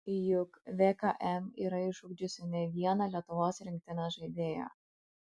juk vkm yra išugdžiusi ne vieną lietuvos rinktinės žaidėją